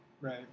right